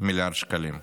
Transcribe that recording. מיליארד שקלים.